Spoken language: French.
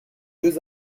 deux